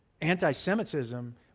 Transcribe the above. anti-Semitism